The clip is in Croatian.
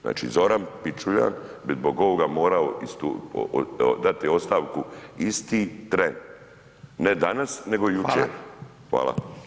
Znači Zoran Pičuljan bi zbog ovoga mora dati ostavku isti tren, ne danas nego jučer.